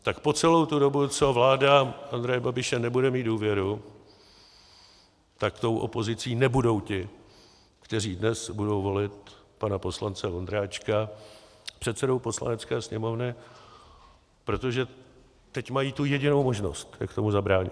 Tak po celou tu dobu, co vláda Andreje Babiše nebude mít důvěru, tak tou opozicí nebudou ti, kteří dnes budou volit pana poslance Vondráčka předsedou Poslanecké sněmovny, protože teď mají tu jedinou možnost, jak tomu zabránit.